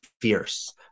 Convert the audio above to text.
fierce